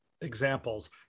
examples